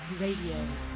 Radio